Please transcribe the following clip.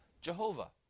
Jehovah